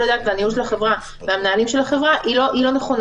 הדעת והניהול של החברה מן המנהלים של החברה היא לא נכונה,